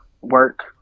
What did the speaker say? work